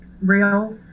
real